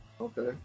okay